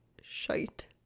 shite